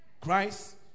Christ